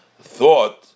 thought